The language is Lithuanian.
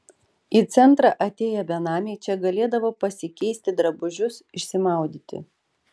į centrą atėję benamiai čia galėdavo pasikeisti drabužius išsimaudyti